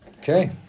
Okay